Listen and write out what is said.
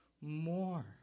more